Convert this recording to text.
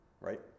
Right